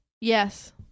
Yes